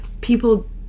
people